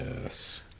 Yes